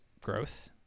growth